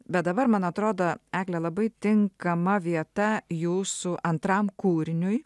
bet dabar man atrodo egle labai tinkama vieta jūsų antram kūriniui